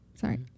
Sorry